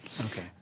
Okay